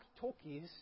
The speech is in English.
talkies